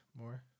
more